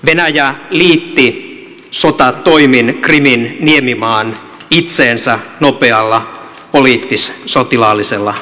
venäjä liitti sotatoimin krimin niemimaan itseensä nopealla poliittis sotilaallisella operaatiolla